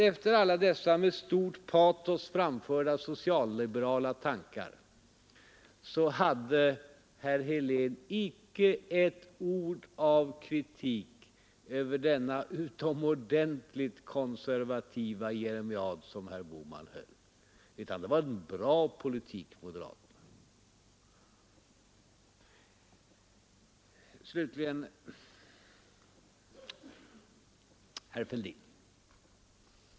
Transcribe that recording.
Efter alla dessa med stort patos framförda socialliberala tankar hade herr Helén icke ett ord av kritik mot den utomordentligt konservativa jeremiad som herr Bohman höll, utan det var en bra politik som moderaterna förde! Slutligen några ord till herr Fälldin.